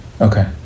Okay